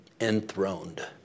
Enthroned